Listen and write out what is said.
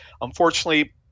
unfortunately